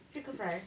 shaker fry